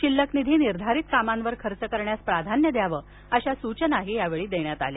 शिल्लक निधी निर्धारित कामावर खर्च करण्यास प्राधान्य द्यावे अशा सूचना यावेळी देण्यात आल्या